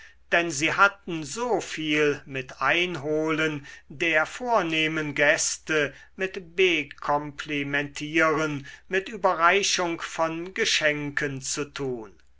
denn sie hatten so viel mit einholen der vornehmen gäste mit bekomplimentieren mit überreichung von geschenken zu tun